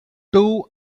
two